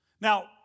Now